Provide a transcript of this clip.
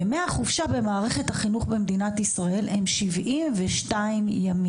ימי החופשה במערכת החינוך במדינת ישראל הם 72 ימים.